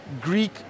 Greek